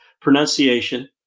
pronunciation